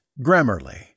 Grammarly